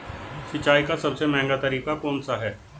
सिंचाई का सबसे महंगा तरीका कौन सा है?